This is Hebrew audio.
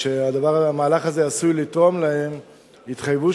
שהמהלך הזה עשוי לתרום להן יתחייבו